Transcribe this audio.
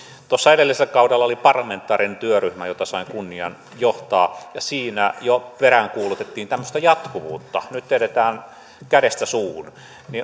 edellisellä kaudella oli parlamentaarinen työryhmä jota sain kunnian johtaa ja jo siinä peräänkuulutettiin tämmöistä jatkuvuutta nyt eletään kädestä suuhun